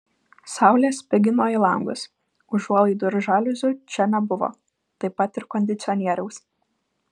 saulė spigino į langus užuolaidų ir žaliuzių čia nebuvo taip pat ir kondicionieriaus